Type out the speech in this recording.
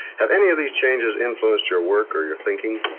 have any of these changes influenced your work or your thinking?